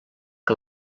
que